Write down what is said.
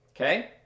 Okay